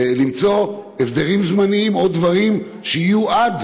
למצוא הסדרים זמניים או דברים שיהיו עד